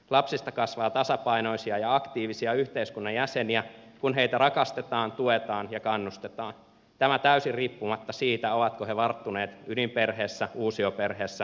lapsista kasvaa tasapainoisia ja aktiivisia yhteiskunnan jäseniä kun heitä rakastetaan tuetaan ja kannustetaan tämä täysin riippumatta siitä ovatko he varttuneet ydinperheessä uusioperheessä vai sateenkaariperheessä